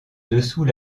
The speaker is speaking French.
dessous